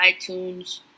iTunes